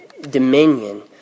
dominion